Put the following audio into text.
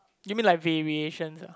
you mean like variation ah